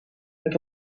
het